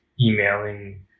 emailing